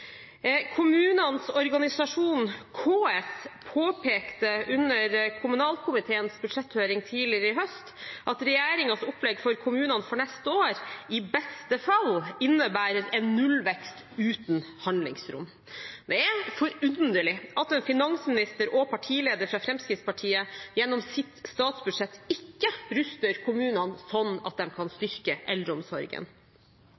Kommunenes organisasjon KS påpekte under kommunalkomiteens budsjetthøring tidligere i høst at regjeringens opplegg for kommunene for neste år i beste fall innebærer en nullvekst uten handlingsrom. Det er forunderlig at en finansminister og partileder fra Fremskrittspartiet gjennom sitt statsbudsjett ikke ruster kommunene slik at de kan